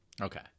Okay